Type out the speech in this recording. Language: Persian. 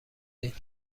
این